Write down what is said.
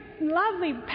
lovely